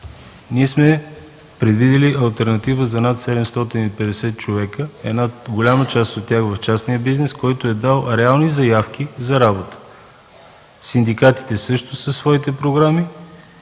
кажа: предвидили сме алтернатива за над 750 човека – голяма част от тях в частния бизнес, който е дал реални заявки за работа; синдикатите също със своите програми;